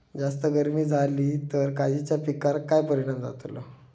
जास्त गर्मी जाली तर काजीच्या पीकार काय परिणाम जतालो?